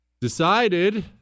decided